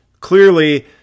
Clearly